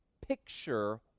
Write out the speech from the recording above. picture